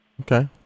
Okay